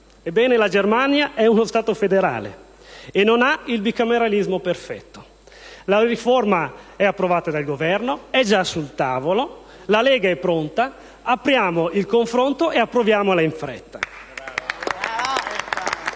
Ebbene, la Germania è uno Stato federale e non ha il bicameralismo perfetto. La riforma è approvata dal Governo. È già sul tavolo. La Lega è pronta. Apriamo il confronto e approviamola in fretta.